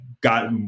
got